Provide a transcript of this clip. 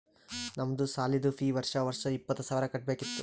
ನಮ್ದು ಸಾಲಿದು ಫೀ ವರ್ಷಾ ವರ್ಷಾ ಇಪ್ಪತ್ತ ಸಾವಿರ್ ಕಟ್ಬೇಕ ಇತ್ತು